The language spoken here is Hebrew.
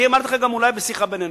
אמרתי לך גם בשיחה בינינו,